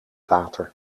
water